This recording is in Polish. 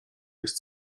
jest